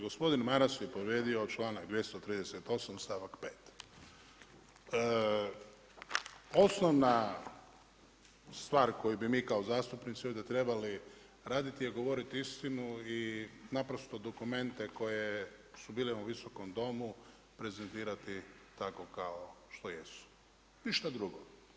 Gospodin Maras je povrijedio članak 238. stavak 5. Osnovna stvar koju bi mi kao zastupnici ovdje trebali raditi je govoriti istinu i naprosto dokumente koji su bili u ovom visokom domu prezentirati tako kao što jesu, ništa drugo.